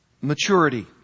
Maturity